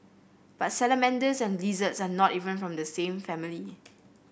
but salamanders and lizards are not even from the same family